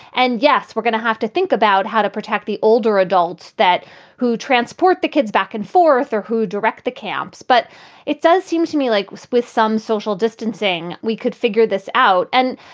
and yes, we're gonna have to think about how to protect the older adults that who transport the kids back and forth or who direct the camps. but it does seem to me like with some social distancing, we could figure this out. and,